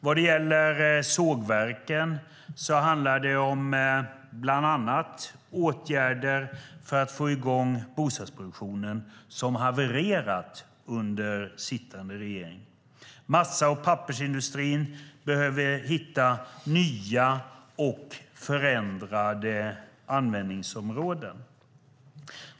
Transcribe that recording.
Vad gäller sågverken handlar det bland annat om åtgärder för att få i gång bostadsproduktionen, som havererat under sittande regering. Massa och pappersindustrin behöver hitta nya och förändrade användningsområden.